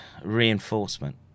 reinforcement